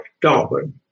Darwin